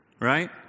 right